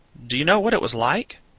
do you know what it was like?